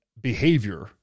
behavior